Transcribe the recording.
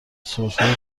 سرفه